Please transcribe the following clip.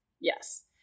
Yes